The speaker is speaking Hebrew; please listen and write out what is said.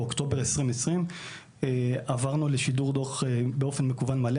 באוקטובר 2020 עברנו לשידור דוח באופן מקוון מלא,